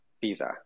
Visa